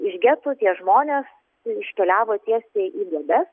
iš getų tie žmonės iškeliavo tiesiai į duobes